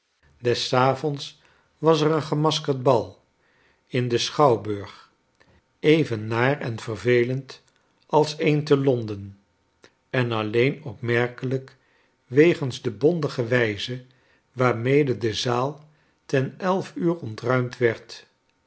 des avonds was er een gemaskerd bal in den schouwburg even naar en vervelend als een te l o n d e n en alleen opmerkelijk wegens de bondige wijze waarmede de zaal ten elf uur ontruimd werd